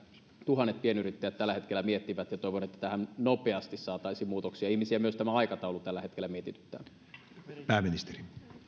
tuhannet pienyrittäjät tällä hetkellä miettivät ja toivon että tähän nopeasti saataisiin muutoksia ihmisiä myös tämä aikataulu tällä hetkellä mietityttää